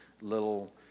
little